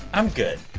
i'm good.